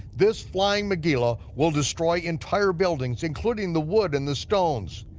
this flying megilah will destroy entire buildings, including the wood and the stones,